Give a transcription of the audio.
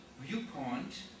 viewpoint